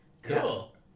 Cool